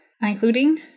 including